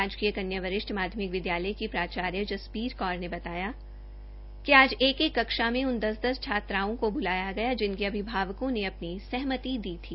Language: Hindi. राजकीय कन्य वरिष्ठ माध्यमिक विदयालय की प्राचार्य सिरसा में जसबीर कौर ने बताया कि आज एक एक कक्षा में दस दस छात्राओं को ब्लाया जिनक जिनके अभिभावकों ने अपनी सहमति दी थी